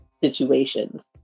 situations